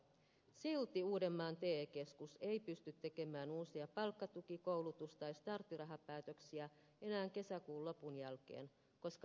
silti uudenmaan te keskus ei pysty tekemään uusia palkkatuki koulutus tai starttirahapäätöksiä enää kesäkuun lopun jälkeen koska raha loppuu